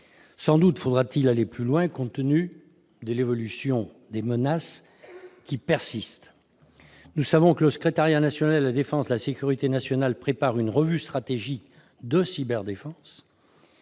Sans doute faudra-t-il aller plus loin, compte tenu de l'évolution des menaces qui persistent. Nous savons que le Secrétariat national de la défense et de la sécurité nationale prépare une revue stratégique de cyberdéfense.